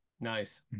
Nice